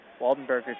Waldenberger